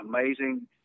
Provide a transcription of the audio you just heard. amazing